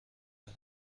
برم